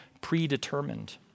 predetermined